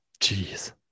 Jeez